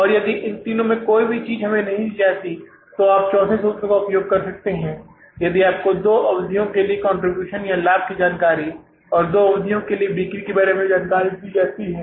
और यदि इन तीनों में से कोई भी चीज हमें नहीं दी जाती है तो आप चौथे सूत्र का उपयोग कर सकते हैं यदि आपको दो अवधियों के लिए कंट्रीब्यूशन या लाभ की जानकारी और दो अवधियों की बिक्री के बारे में जानकारी दी जाती है